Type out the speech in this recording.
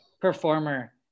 performer